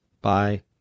bye